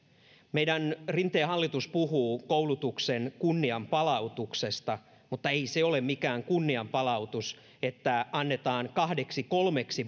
meidän rinteen hallitus puhuu koulutuksen kunnianpalautuksesta mutta ei se ole mikään kunnianpalautus että annetaan kahdeksi kolmeksi